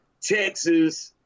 Texas